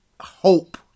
hope